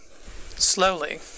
slowly